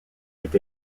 est